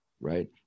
right